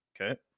okay